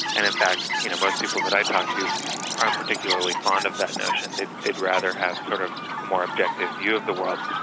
and in fact you know most people that i talk to aren't particularly fond of that notion. they'd they'd rather have sort of a more objective view of the world.